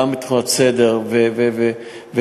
גם בתחום הסדר והתנועה,